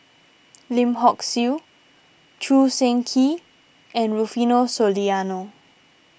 Lim Hock Siew Choo Seng Quee and Rufino Soliano